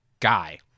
guy